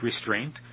restraint